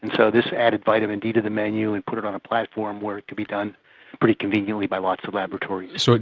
and so this added vitamin d to the menu and put it on a platform where it could be done pretty conveniently by lots of laboratories. so